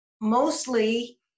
mostly